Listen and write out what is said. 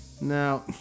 Now